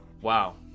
Wow